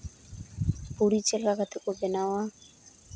ᱯᱩᱨᱤ ᱪᱮᱫ ᱞᱮᱠᱟ ᱠᱟᱛᱮᱫ ᱠᱚ ᱵᱮᱱᱟᱣᱟ